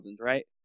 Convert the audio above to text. right